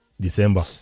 December